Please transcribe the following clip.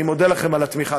אני מודה לכם על התמיכה.